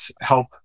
help